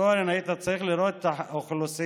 היית צריך לראות את האוכלוסייה,